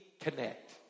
connect